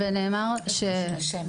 נאמר שם